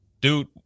dude